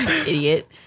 idiot